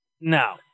Now